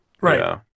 Right